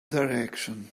direction